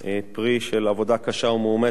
פרי עבודה קשה ומאומצת,